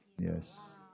Yes